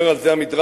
אומר על זה המדרש: